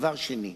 דבר שני,